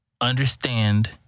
understand